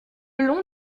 long